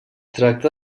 tracta